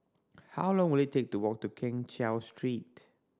how long will it take to walk to Keng Cheow Street